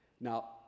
Now